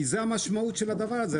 כי זאת המשמעות של הדבר הזה.